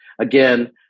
Again